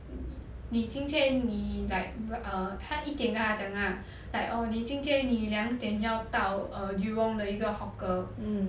你今天你 like err 他一点跟他讲 lah like orh 你今天你两点要到 err jurong 的一个 hawker